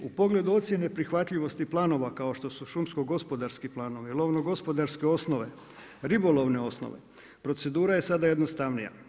U pogledu ocijene prihvatljivosti planova, kao što su šumsko gospodarski planovi, lovno gospodarske osnove, ribolovne osnove, procedura je sada jednostavnija.